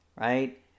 right